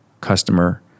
customer